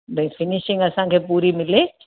भाई फिनिशिंग असांखे पूरी मिले